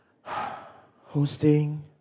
hosting